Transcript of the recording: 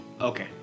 Okay